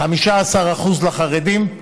15% לחרדים,